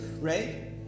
right